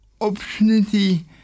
opportunity